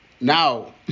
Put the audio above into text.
now